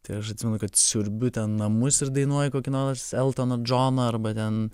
tai aš atsimenu kad siurbiu ten namus ir dainuoju kokį nors eltoną džoną arba ten